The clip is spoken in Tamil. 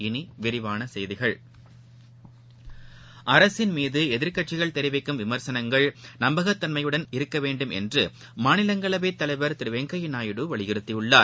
இனி விரிவான செய்திகள் அரசு மீது எதிர்கட்சிகள் தெரிவிக்கும் விமர்சனங்கள் நம்பகத்தன்மையுடன் இருக்க வேண்டும் என்றுமாநிலங்களவை தலைவர் திரு வெங்கையா நாயுடு வலியுறுத்தியுள்ளார்